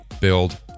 build